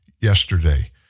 yesterday